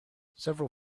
several